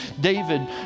David